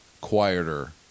quieter